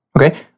Okay